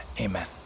amen